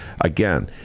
Again